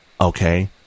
Okay